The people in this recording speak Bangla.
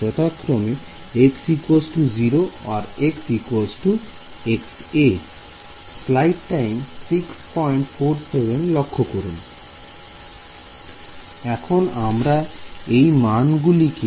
যথাক্রমে x 0 ও x xa এখন আমরা এইমান গুলিকে FEM এর কাঠামোতে ফেলবো